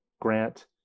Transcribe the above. grant